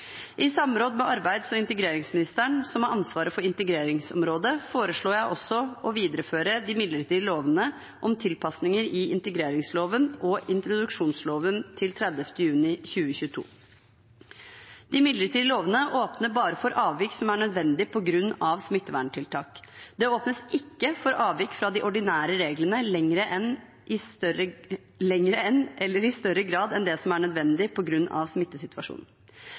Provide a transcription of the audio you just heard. I samråd med arbeids- og integreringsministeren, som har ansvaret for integreringsområdet, foreslår jeg også å videreføre de midlertidige lovene om tilpasninger i integreringsloven og introduksjonsloven til 30. juni 2022. De midlertidige lovene åpner bare for avvik som er nødvendige på grunn av smitteverntiltak. Det åpnes ikke for avvik fra de ordinære reglene lenger eller i større grad enn det som er nødvendig på grunn av smittesituasjonen.